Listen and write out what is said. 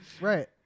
Right